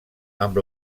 amb